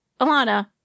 Alana